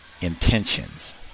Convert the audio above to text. intentions